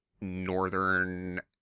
northern